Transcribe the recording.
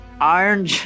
Iron